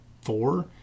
four